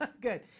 Good